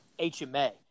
HMA